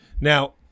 Now